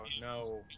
no